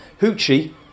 Hoochie